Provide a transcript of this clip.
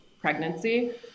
pregnancy